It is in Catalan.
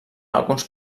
alguns